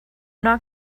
not